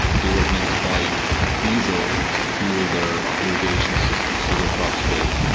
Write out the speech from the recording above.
they weren't able to buy diesel to fuel their irrigation systems, so their crops failed.